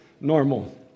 normal